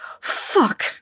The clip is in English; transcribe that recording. Fuck